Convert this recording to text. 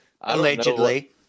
allegedly